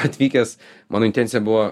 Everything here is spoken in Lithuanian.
atvykęs mano intencija buvo